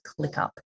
ClickUp